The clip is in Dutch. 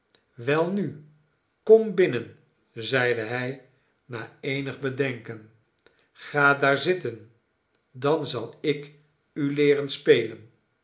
welnu kom binnen zeide hij na eenig bedenken ga daar zitten dan zal ikuleeren spelen